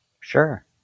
Sure